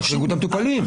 תחשבו על המטופלים.